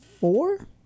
four